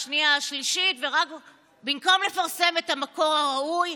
השנייה והשלישית במקום לפרסם את המקור הראוי,